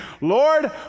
Lord